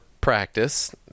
practice